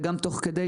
וגם תוך כדי,